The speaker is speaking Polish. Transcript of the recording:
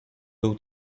był